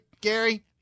Gary